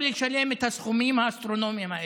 לשלם את הסכומים האסטרונומיים האלה.